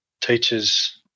teachers